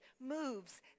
moves